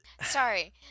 sorry